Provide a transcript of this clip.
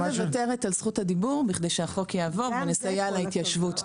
אני מוותרת על זכות הדיבור כדי שהחוק יעבור ונסייע להתיישבות.